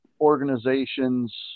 organizations